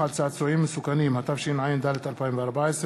התשע"ד 2014,